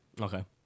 Okay